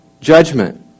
judgment